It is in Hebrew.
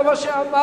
זה מה שאמרתי,